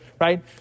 right